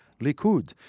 Likud